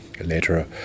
later